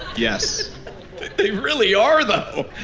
yes they really are, though.